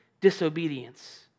disobedience